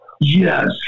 Yes